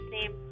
name